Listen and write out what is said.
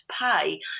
pay